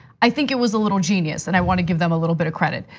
i think it was a little genius and i wanna give them a little bit of credit.